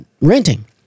renting